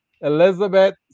Elizabeth